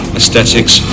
aesthetics